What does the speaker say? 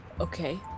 okay